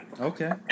Okay